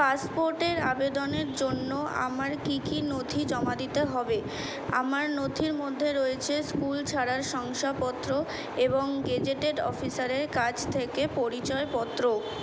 পাসপোর্টের আবেদনের জন্য আমার কী কী নথি জমা দিতে হবে আমার নথির মধ্যে রয়েছে স্কুল ছাড়ার শংসাপত্র এবং গেজেটেড অফিসারের কাছ থেকে পরিচয়পত্র